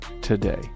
today